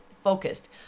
focused